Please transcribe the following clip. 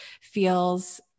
feels